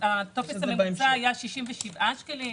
הטופס הממוצע היה של 67 שקלים.